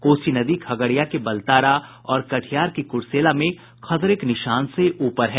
कोसी नदी खगड़िया के बलतारा और कटिहार के कुरसेला में खतरे के निशान से ऊपर है